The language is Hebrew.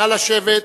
נא לשבת.